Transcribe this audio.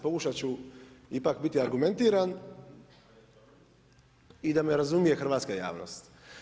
Pokušat ću ipak biti argumentiran i da me razumije hrvatska javnost.